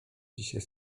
dzisiaj